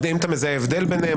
אם אתה מזהה הבדל ביניהם,